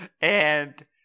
And-